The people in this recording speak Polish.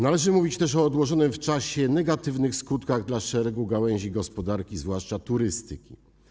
Należy mówić też o odłożonych w czasie negatywnych skutkach dla szeregu gałęzi gospodarki, zwłaszcza turystyki.